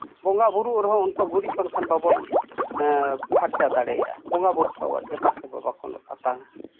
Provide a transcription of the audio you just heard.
ᱵᱚᱸᱜᱟ ᱵᱳᱨᱳᱜ ᱨᱮᱦᱚᱸ ᱩᱱᱠᱩᱣᱟᱜ ᱜᱩᱨᱤᱡ ᱵᱟᱝᱠᱷᱟᱱ ᱵᱟᱵᱚᱱ ᱯᱷᱟᱨᱪᱟ ᱫᱟᱲᱮᱭᱟᱜᱼᱟ ᱵᱚᱸᱜᱟ ᱵᱳᱨᱳ ᱠᱚ ᱫᱮᱵᱟ ᱥᱮᱵᱟ ᱠᱚ ᱵᱟᱠᱚ ᱟᱛᱟᱝ ᱟ